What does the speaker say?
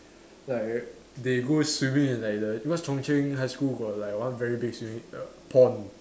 like they go swimming in like the because Chung-Cheng high school got like one very big swimming err pond